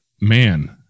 man